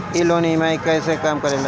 ई loan EMI कईसे काम करेला?